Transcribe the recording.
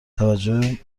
توجه